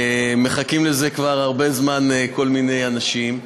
מחכים לזה כבר הרבה זמן, כל מיני אנשים,